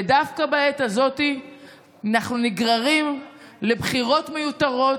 ודווקא בעת הזאת אנחנו נגררים לבחירות מיותרות.